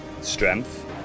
Strength